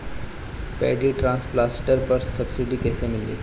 Paddy transplanter पर subsidy कैसे मिली?